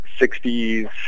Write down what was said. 60s